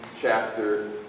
chapter